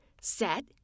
set